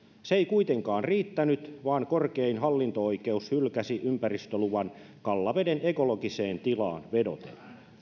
se ei kuitenkaan riittänyt vaan korkein hallinto oikeus hylkäsi ympäristöluvan kallaveden ekologiseen tilaan vedoten